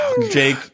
Jake